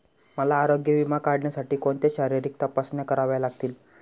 मला आरोग्य विमा काढण्यासाठी कोणत्या शारीरिक तपासण्या कराव्या लागतील?